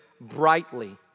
brightly